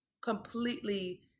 completely